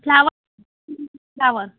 flower flower